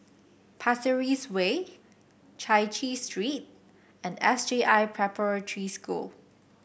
Pasir Ris Way Chai Chee Street and S J I Preparatory School